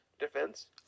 defense